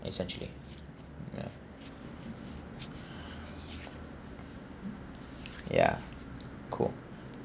essentially ya ya cool